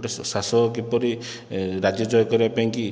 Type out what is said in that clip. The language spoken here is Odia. ଗୋଟିଏ ଶାସକ କିପରି ରାଜ୍ୟ ଜୟ କରିବା ପାଇଁକି